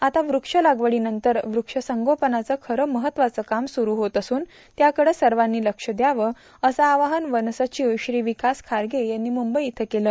आता व्रक्ष लागवडीनंतर व्रक्षसंगोपनाचे खरे महत्वाचे काम स्रू होत असून त्याकडं सर्वांनी क्ष द्यावं असं आवाहन वन सचिव श्री विकास खारगे यांनी मुंबई इथं केलं